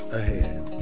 ahead